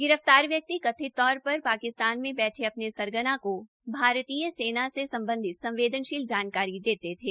गिरफ्तार व्यक्ति कथित तौर पर पाकिस्तान में बैठे अपने सरगना को भारतीय सेना से संबंधित संवेदनशील जानकारी देते थे